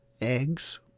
eggs